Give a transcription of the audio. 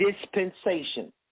Dispensation